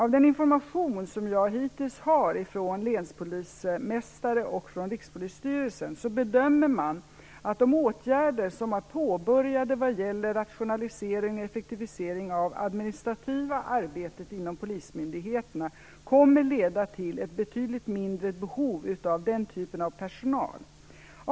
Av den information som jag hittills har fått från länspolismästare och från Rikspolisstyrelsen framgår det att man bedömer att de åtgärder som var påbörjade vad gäller rationalisering och effektivisering av det administrativa arbetet inom polismyndigheterna kommer att leda till ett betydligt mindre behov av den typen av personal.